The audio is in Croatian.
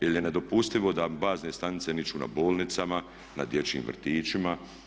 Jer je nedopustivo da bazne stanice niču na bolnicama, na dječjim vrtićima.